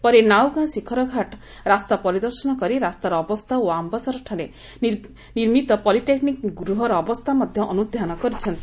ପରେ ନାଉଁଗାଁ ଶିଖର ଘାଟ ରାସ୍ତା ପରିଦର୍ଶନ କରି ରାସ୍ତାର ଅବସ୍କା ଓ ଆମ୍ପସାର ଠାରେ ନିର୍ମିତ ପଲିଟେକ୍ନିକ୍ ଗୃହର ଅବସ୍ଥା ମଧ୍ଧ ଅନୁଧ୍ଧାନ କର୍୍ ଛନ୍ତି